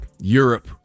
Europe